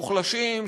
מוחלשים,